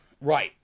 Right